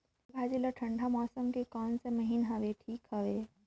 लालभाजी ला ठंडा मौसम के कोन सा महीन हवे ठीक हवे?